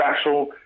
special